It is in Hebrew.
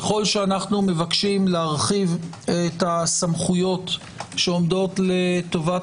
ככל שאנו מבקשים להרחיב את הסמכויות שעומדות לטובת